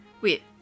wait